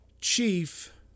chief